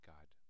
God